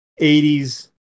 80s